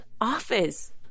office